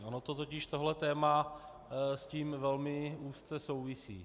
Ono totiž tohle téma s tím velmi úzce souvisí.